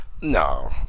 No